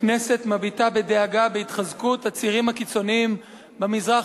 הכנסת מביטה בדאגה בהתחזקות הצירים הקיצוניים במזרח